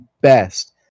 best